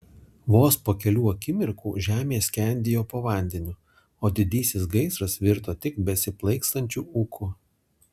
vos po kelių akimirkų žemė skendėjo po vandeniu o didysis gaisras virto tik besiplaikstančiu ūku